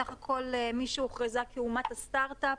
סך הכל מי שהוכרזה כאומת הסטארט אפ,